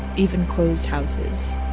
even closed houses